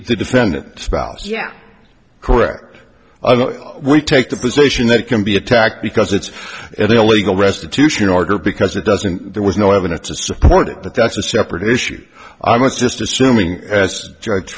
the defendant spouse yeah correct we take the position that it can be attacked because it's illegal restitution order because it doesn't there was no evidence to support it but that's a separate issue i'm just assuming as ju